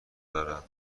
دارم